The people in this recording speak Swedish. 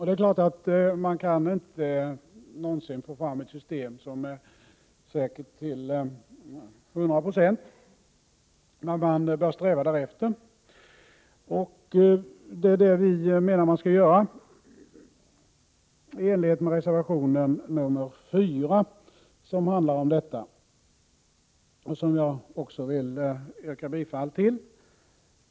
Det är klart att man inte någonsin kan få fram ett system som är till hundra procent säkert. Men man bör sträva därefter. Det är — Prot. 1987/88:46 det vi menar att man skall göra, i enlighet med reservation nr 4, som handlar 16 december 1987 om detta och som jag även vill yrka bifall till.